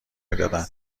میدادن